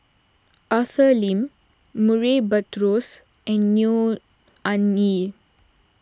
Arthur Lim Murray Buttrose and Neo Anngee